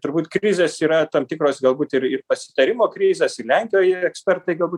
turbūt krizės yra tam tikros galbūt ir ir pasitarimo krizės ir lenkijoje ekspertai galbūt